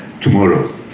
tomorrow